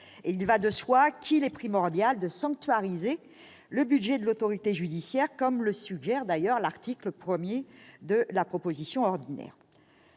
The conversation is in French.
il va de soi qu'il est primordial de sanctuariser le budget de l'autorité judiciaire, comme le prévoit l'article 1 de la proposition de loi ordinaire.